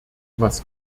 was